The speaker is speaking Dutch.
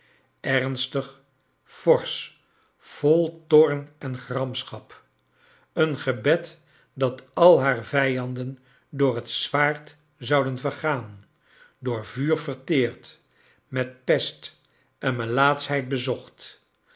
ernstig forsch vol toorn en grams chap een gebed dat al haar vijanden door het zwaard zouden vergaan door vuur verteerd met pest en melaatschheid bezocht